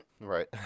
Right